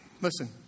listen